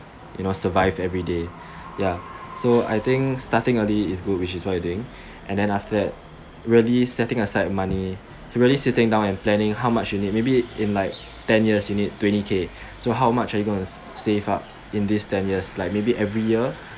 you know survive everyday ya so I think starting early is good which is what you're doing and then after that really setting aside money really sitting down and planning how much you need maybe in like ten years you need twenty K so how much are you gonna save up in these ten years like maybe every year